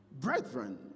Brethren